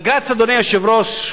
בג"ץ, אדוני היושב-ראש,